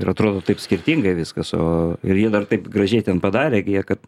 ir atrodo taip skirtingai viskas o ir jie dar taip gražiai ten padarė gi jie kad